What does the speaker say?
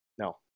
No